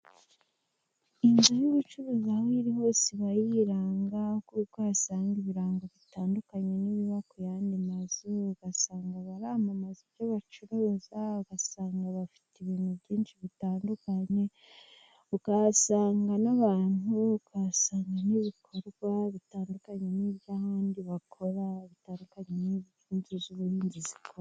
Inzu y'ubucuruzi aho iri hose iba yiranga, kuko uhasanga ibirango bitandukanye n'ibiba ku yandi mazu, ugasanga baramamaza ibyo bacuruza ugasanga bafite ibintu byinshi bitandukanye, ukahasanga n'abantu ukahasanga n'ibikorwa bitandukanye n'iby'ahandi bakora, bitandukanye n'ibyo inzu z'ubuhinzi zikora.